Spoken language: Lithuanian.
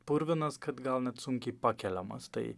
purvinas kad gal net sunkiai pakeliamas tai